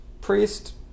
Priest